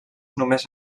només